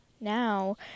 now